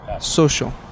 social